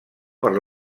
per